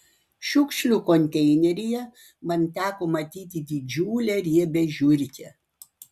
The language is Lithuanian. šiukšlių konteineryje man teko matyti didžiulę riebią žiurkę